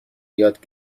یاد